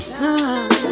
time